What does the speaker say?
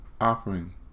Offering